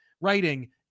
writing